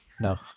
No